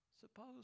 Suppose